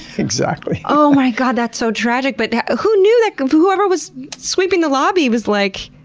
exactly. oh my god. that's so tragic. but who knew that? whoever was sweeping the lobby was like,